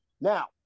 now